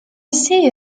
see